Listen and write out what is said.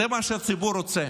זה מה שהציבור רוצה,